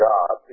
God